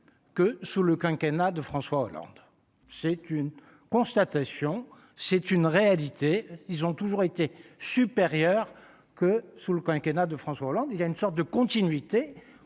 que sous le quinquennat de François Hollande, c'est une constatation, c'est une réalité, ils ont toujours été supérieurs que sous le quinquennat de François Hollande, il y a une sorte de continuité